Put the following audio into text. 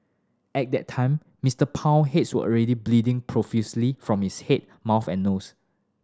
at that time Mister Pang heads were already bleeding profusely from his head mouth and nose